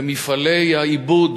במפעלי העיבוד